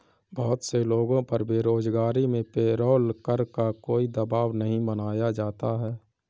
बहुत से लोगों पर बेरोजगारी में पेरोल कर का कोई दवाब नहीं बनाया जाता है